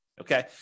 Okay